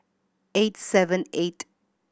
eight seven eight